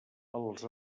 els